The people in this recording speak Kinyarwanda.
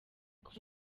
kuva